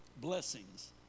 Blessings